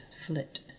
flit